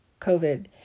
COVID